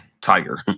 tiger